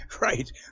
Right